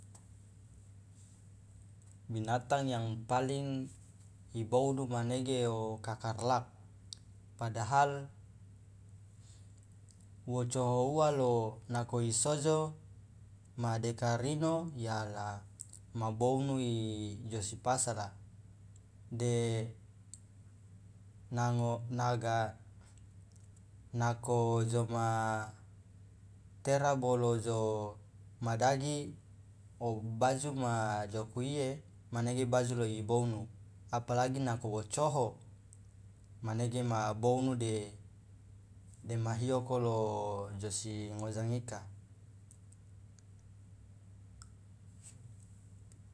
Binatang yang paling ibounu manege okakarlak padahal wo coho uwa lo nako isojo madekarino yala ma bounu ijosi pasala de nango naga nako joma tera bolo jo madagi obaju ma joku iya manege baju lo ibounu apalagi nako wo coho manege ma bounu de de ma hioko lo josi ngojangika.